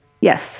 Yes